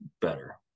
better